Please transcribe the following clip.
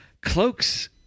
cloaks